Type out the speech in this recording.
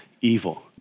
evil